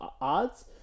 odds